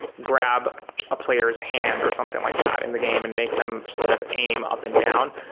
grab a player's hand or something like that in the game and make them sort of aim up and down,